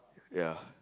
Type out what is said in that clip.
ya